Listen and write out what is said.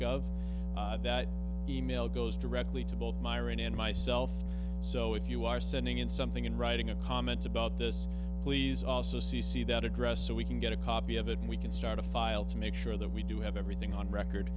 of that e mail goes directly to both myron and myself so if you are sending in something in writing a comment about this please also c c that address so we can get a copy of it and we can start a file to make sure that we do have everything on record